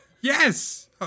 Yes